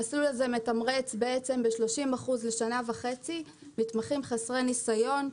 המסלול הזה מתמרץ ב-30% לשנה וחצי מתמחים חסרי ניסיון.